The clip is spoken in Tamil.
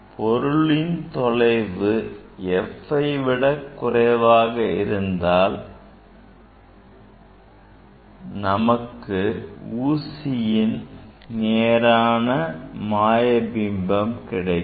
பொருளின் தொலைவு f விட குறைவாக இருந்தால் நமக்கு ஊசியின் நேரான மாயபிம்பம் கிடைக்கும்